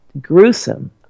gruesome